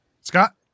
Scott